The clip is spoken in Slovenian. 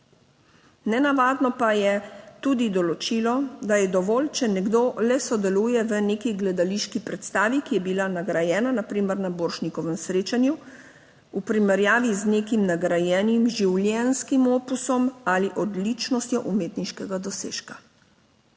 Nenavadno pa je tudi določilo, da je dovolj, če nekdo le sodeluje v neki gledališki predstavi, ki je bila nagrajena na primer na Borštnikovem srečanju, v primerjavi z nekim nagrajenim življenjskim opusom ali odličnostjo umetniškega dosežka.